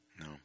No